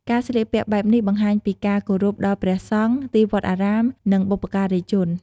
ការស្លៀកពាក់បែបនេះបង្ហាញពីការគោរពដល់ព្រះសង្ឃ ទីវត្តអារាម និងបុព្វការីជន។